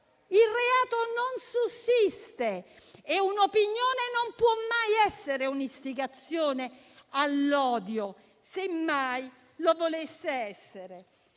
il reato non sussiste e un'opinione non può mai essere un'istigazione all'odio, semmai lo volesse essere.